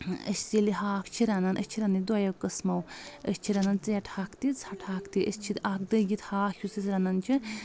أسۍ ییٚلہِ ہاکھ چھِ رَنان أسۍ چھِ رَنان دۄیو قٕسمو أسۍ چھِ رَنان ژیٚٹہٕ ہاکھ تہِ ژھٹہٕ ہاکھ تہِ أسۍ چھِ اکھ دٔگِتھ ہاکھ یُس أسۍ رَنان چھِ